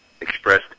expressed